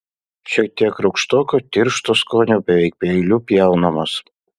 šiek tiek rūgštoko tiršto skonio beveik peiliu pjaunamas